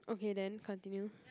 okay then continue